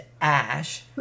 Ash